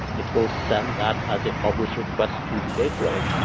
it will send that as a publish request to the gateway.